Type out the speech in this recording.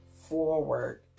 forward